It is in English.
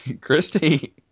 Christy